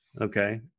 Okay